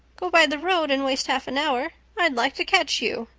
go by the road and waste half an hour! i'd like to catch you!